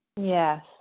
yes